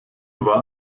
war